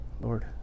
Lord